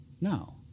No